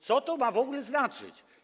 Co to ma w ogóle znaczyć?